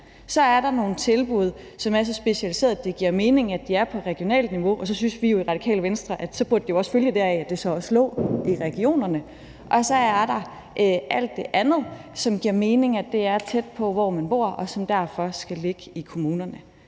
Så er der nogle tilbud, som er så specialiserede, at det giver mening, at de er på regionalt niveau, og så synes vi i Radikale Venstre, at det jo burde følge deraf, at det så også lå i regionerne. Og så er der alt det andet, som giver mening er tæt på, hvor man bor, og som derfor skal ligge i kommunerne.